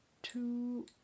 two